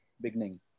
beginning